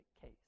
case